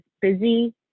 busy